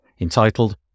entitled